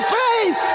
faith